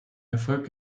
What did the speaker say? erfolg